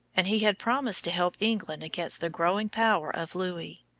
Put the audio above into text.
and he had promised to help england against the growing power of louis.